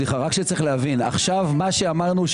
צריך להבין שעכשיו מה שאמרנו,